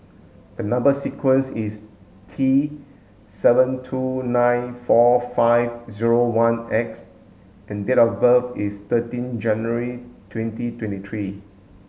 the number sequence is T seven two nine four five zero one X and date of birth is thirteen January twenty twenty three